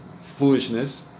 foolishness